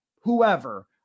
whoever